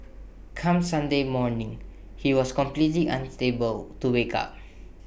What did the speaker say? come Sunday morning he was completely unstable to wake up